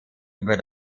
über